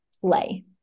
play